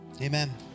Amen